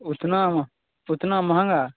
उतना उतना महँगा